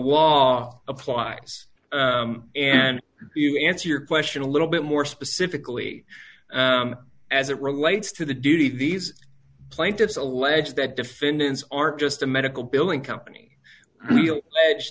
wall applies and you answer your question a little bit more specifically as it relates to the duty of these plaintiffs allege that defendants are just a medical billing company pledge